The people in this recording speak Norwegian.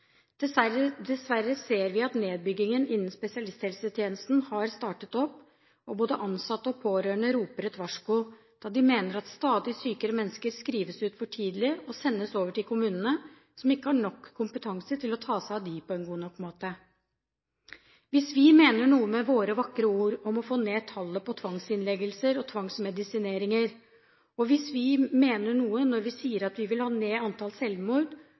Dessverre ser vi at nedbyggingen innen spesialisthelsetjenesten har startet opp, og både ansatte og pårørende roper et varsko, da de mener at stadig sykere mennesker skrives ut for tidlig og sendes over til kommunene, som ikke har nok kompetanse til å ta seg av dem på en god nok måte. Hvis vi mener noe med våre vakre ord om å få ned tallet på tvangsinnleggelser og tvangsmedisineringer, og hvis vi mener noe når vi sier at vi vil ha ned antall selvmord,